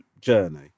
journey